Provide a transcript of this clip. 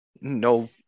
no